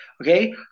Okay